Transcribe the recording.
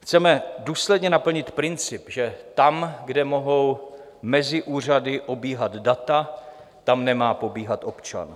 Chceme důsledně naplnit princip, že tam, kde mohou mezi úřady obíhat data, tam nemá pobíhat občan.